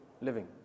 living